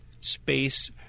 space